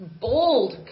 bold